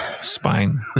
Spine